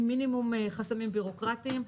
עם מינימום חסמים בירוקרטיים.